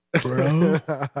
bro